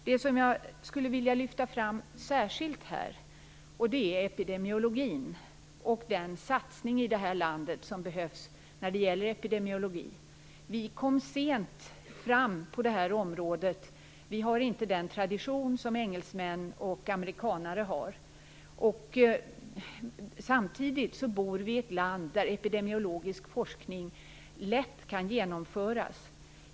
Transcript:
Det jag särskilt skulle vilja lyfta fram här är epidemiologin och den satsning som behövs i det här landet när det gäller epidemiologi. Vi kom sent fram på det här området. Vi har inte den tradition som engelsmän och amerikanare har. Samtidigt bor vi i ett land där epidemiologisk forskning lätt kan genomföras.